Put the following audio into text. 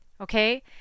okay